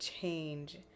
change